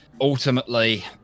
ultimately